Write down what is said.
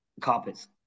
carpets